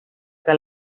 que